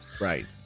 right